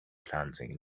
plunging